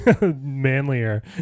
Manlier